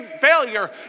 failure